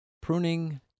Pruning